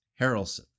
Harrelson